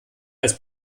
als